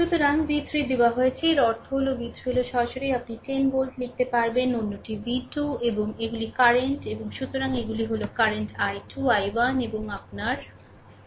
সুতরাংv3 দেওয়া হয়েছে এর অর্থ হলv3 হল সরাসরি আপনি 10 ভোল্ট লিখতে পারবেন অন্যটিv2 এবং এগুলি কারেন্ট সুতরাং এগুলি হল কারেন্ট I2 I1 এবং আপনার I3 এবং I4